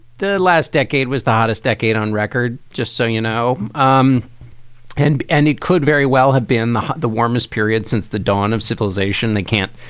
the last decade was the hottest decade on record. just so you know. um and any could very well have been the the warmest period since the dawn of civilization that can't